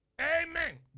Amen